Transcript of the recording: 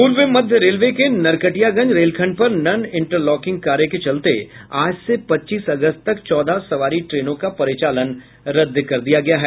पूर्व मध्य रेलवे के नरकटियागंज रेलखंड पर नन इंटरलॉकिंग कार्य के चलते आज से पच्चीस अगस्त तक चौदह सवारी ट्रेनों का परिचालन रद्द कर दिया गया है